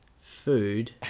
food